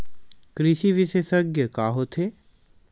कृषि विशेषज्ञ का होथे?